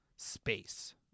Space